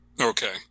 Okay